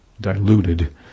diluted